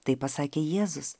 taip pasakė jėzus